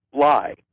lie